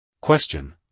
Question